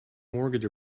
mortgage